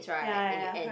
ya ya ya correct